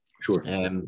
Sure